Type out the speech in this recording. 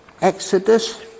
Exodus